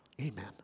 Amen